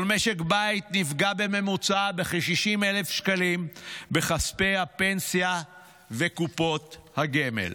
כל משק בית נפגע בממוצע בכ-60,000 שקלים בכספי הפנסיה וקופות הגמל.